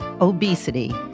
obesity